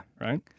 Right